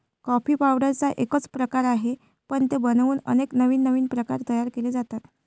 coffee पावडरचा एकच प्रकार आहे, पण ते बनवून अनेक नवीन प्रकार तयार केले जातात